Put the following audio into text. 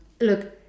look